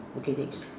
okay next